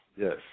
Yes